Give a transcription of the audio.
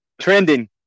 Trending